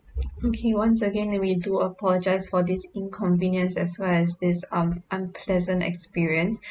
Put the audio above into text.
okay once again we do apologise for this inconvenience as well as this um unpleasant experience